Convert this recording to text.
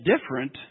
different